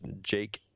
jake